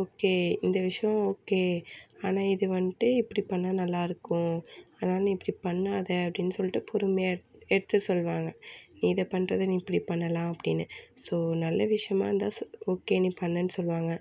okay இந்த விஷயம் okay ஆனால் இது வந்துட்டு இப்படி பண்ணால் நல்லாயிருக்கும் அதனால நீ இப்படி பண்ணாதே அப்படின்னு சொல்லிட்டு பொறுமையாக எடுத் எடுத்து சொல்வாங்க நீ இதை பண்றதை நீ இப்படி பண்ணலாம் அப்படின்னு ஸோ நல்ல விஷயமாக இருந்தால் ஸோ ஓகே நீ பண்ணுன்னு சொல்வாங்க